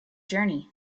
journey